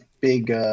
big